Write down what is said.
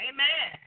Amen